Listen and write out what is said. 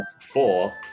four